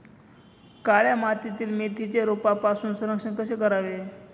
काळ्या मातीतील मेथीचे रोगापासून संरक्षण कसे करावे?